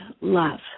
love